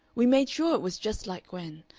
we made sure it was just like gwen.